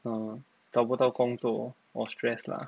uh 找不到工作 or stress lah